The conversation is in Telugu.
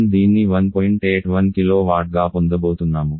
81 kWగా పొందబోతున్నాము